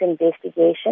investigation